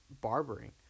barbering